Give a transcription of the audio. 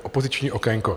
Opoziční okénko...